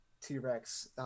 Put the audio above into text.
T-Rex